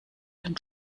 den